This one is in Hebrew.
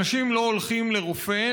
אנשים לא הולכים לרופא,